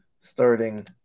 starting